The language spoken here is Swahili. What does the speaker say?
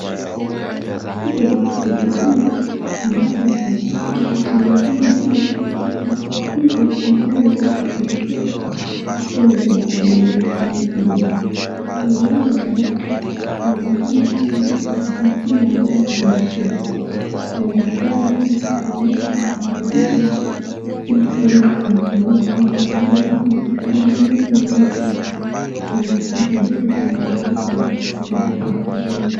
huku hospitalini ambapo tunapata kwamba kwenye chumba hili tunapata mfunguzi anayeshughulikia mgonjwa wa meno ama jino. Kuna ugonjwa ambaye yaonekana kwamba ana jina ambalo lina shida. Na daktari huyu ameweza kumkalisha ili kuweze kuangalia kwamba jino hili ama meno yake yana shida gani na yanaweza kusaidika kivipi.